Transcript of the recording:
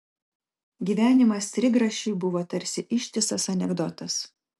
gyvenimas trigrašiui buvo tarsi ištisas anekdotas